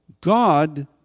God